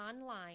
online